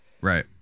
Right